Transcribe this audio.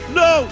no